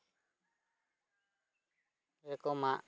ᱨᱚᱠᱚᱢᱟᱜ